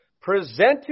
presented